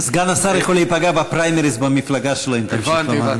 אז סגן השר יכול להיפגע בפריימריז במפלגה שלו אם,